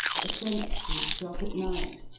a sentry shot at night.